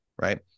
right